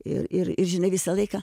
ir ir ir žinai visą laiką